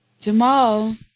Jamal